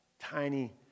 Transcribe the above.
tiny